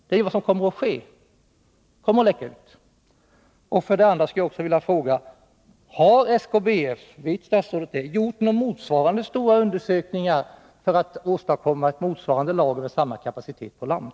Det är vad som kommer att ske, eftersom det kommer att läcka ut från lagret. Jag skulle också vilja fråga: Vet statsrådet om SKBF har gjort några liknande stora undersökningar för att åstadkomma ett motsvarande lager med samma kapacitet på land?